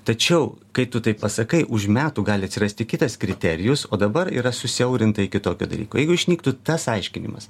tačiau kai tu taip pasakai už metų gali atsirasti kitas kriterijus o dabar yra susiaurinta iki tokio dalyko jeigu išnyktų tas aiškinimas